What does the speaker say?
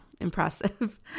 impressive